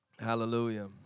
Hallelujah